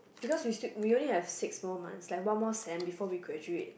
because we still we only have six more months like one more sem before we graduate